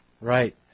Right